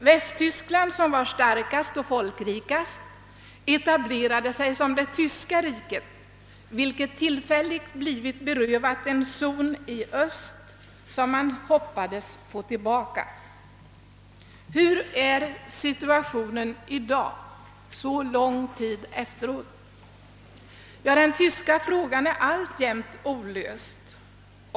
Västtyskland som var starkast och folkrikast etablerade sig som det Tyska riket, vilket tillfälligt blivit berövat en zon i öst som man hoppades få tillbaka. Hur är situationen i dag så lång tid efteråt? Ja, den tyska frågan är alltjämt olöst.